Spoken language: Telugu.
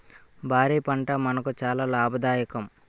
బార్లీ పంట మనకు చాలా లాభదాయకం